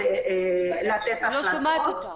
--- בעלי סמכות לתת החלטות,